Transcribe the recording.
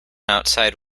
outside